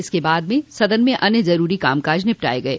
इसके बाद सदन में अन्य जरूरी कामकाज निपटाये गये